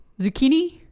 zucchini